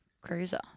cruiser